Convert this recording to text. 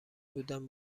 بودم